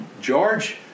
George